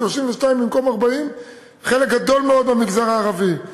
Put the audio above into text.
32 במקום 40. זה חלק גדול מאוד במגזר הערבי.